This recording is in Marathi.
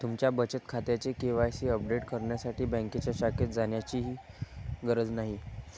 तुमच्या बचत खात्याचे के.वाय.सी अपडेट करण्यासाठी बँकेच्या शाखेत जाण्याचीही गरज नाही